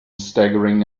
staggering